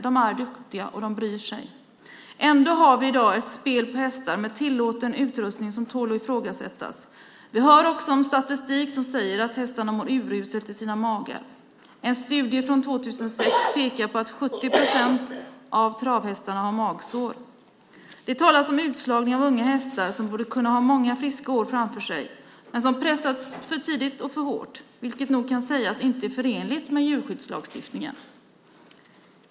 De är duktiga, och de bryr sig. Ändå har vi i dag ett spel på hästar med tillåten utrustning som tål att ifrågasättas. Vi har också en statistik som säger att hästarna mår uruselt i sina magar. En studie från 2006 pekar på att 70 procent av travhästarna har magsår. Det talas om utslagning av unga hästar som borde ha många friska år framför sig men som pressats för tidigt och för hårt, vilket nog kan sägas inte är förenligt med djurskyddslagstiftningen.